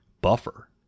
buffer